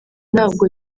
ntabwo